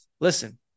listen